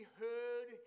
heard